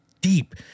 deep